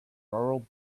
rural